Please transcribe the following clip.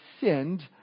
sinned